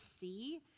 see